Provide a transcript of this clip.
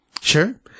sure